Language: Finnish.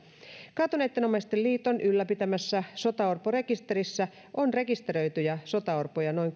kaatuneitten omaisten liiton ylläpitämässä sotaorporekisterissä on rekisteröityjä sotaorpoja noin